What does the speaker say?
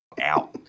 out